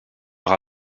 leur